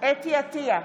חוה אתי עטייה,